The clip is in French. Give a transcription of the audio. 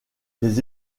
les